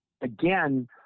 again